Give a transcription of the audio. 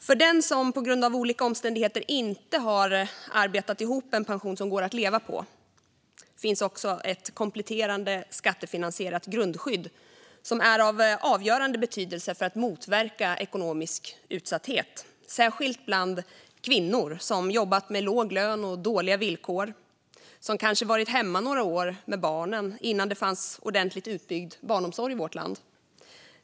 För den som på grund av olika omständigheter inte har arbetat ihop en pension som går att leva på finns också ett kompletterande skattefinansierat grundskydd som är av avgörande betydelse för att motverka ekonomisk utsatthet, särskilt bland kvinnor som jobbat med låg lön och dåliga villkor. De har kanske varit hemma några år med barnen innan det fanns ordentligt utbyggd barnomsorg i vårt land.